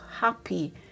happy